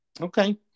Okay